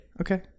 Okay